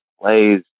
plays